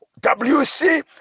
WC